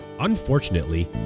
Unfortunately